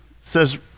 says